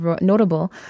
notable